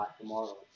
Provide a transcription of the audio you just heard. tomorrow